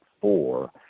four